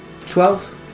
Twelve